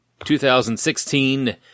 2016